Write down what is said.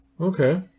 Okay